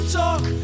talk